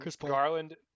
Garland